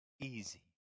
easy